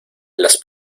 las